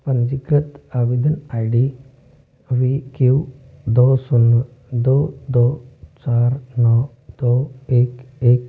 पंजीकृत आवेदन I D V Q दो शून्य दो दो चार नौ दो एक एक